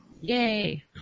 Yay